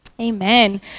Amen